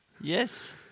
Yes